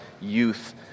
youth